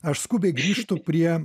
aš skubiai grįžtu prie